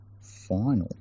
final